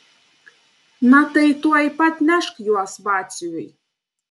na tai tuoj pat nešk juos batsiuviui